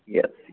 yes